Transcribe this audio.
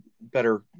better